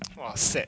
!wahseh!